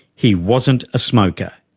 he wasn't a smoker.